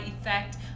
Effect